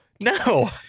No